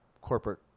corporate